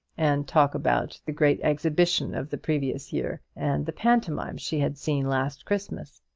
and talk about the great exhibition of the previous year, and the pantomime she had seen last christmas.